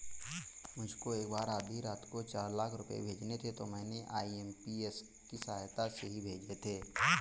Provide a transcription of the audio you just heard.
मुझको एक बार आधी रात को चार लाख रुपए भेजने थे तो मैंने आई.एम.पी.एस की सहायता से ही भेजे थे